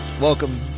Welcome